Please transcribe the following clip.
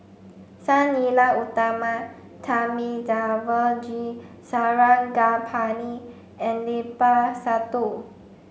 Sang Nila Utama Thamizhavel G Sarangapani and Limat Sabtu